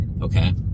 okay